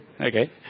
Okay